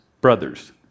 brothers